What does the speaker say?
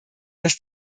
dass